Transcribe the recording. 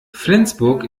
flensburg